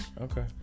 Okay